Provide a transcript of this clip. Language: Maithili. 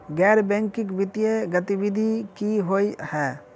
गैर बैंकिंग वित्तीय गतिविधि की होइ है?